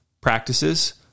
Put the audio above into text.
practices